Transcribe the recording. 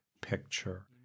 picture